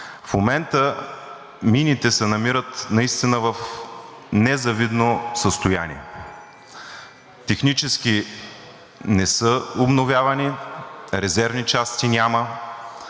В момента мините се намират наистина в незавидно състояние. Технически не са обновявани, резервни части няма,